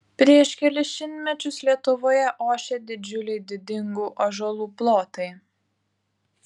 prieš kelis šimtmečius lietuvoje ošė didžiuliai didingų ąžuolų plotai